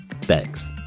Thanks